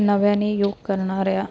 नव्याने योग करणाऱ्या